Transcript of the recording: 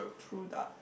true that